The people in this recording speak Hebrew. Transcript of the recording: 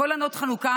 קול ענות חנוקה.